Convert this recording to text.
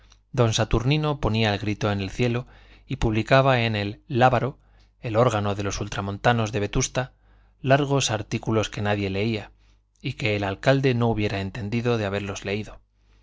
don saturnino ponía el grito en el cielo y publicaba en el lábaro el órgano de los ultramontanos de vetusta largos artículos que nadie leía y que el alcalde no hubiera entendido de haberlos leído en